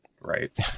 right